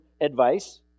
advice